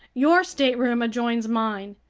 your stateroom adjoins mine,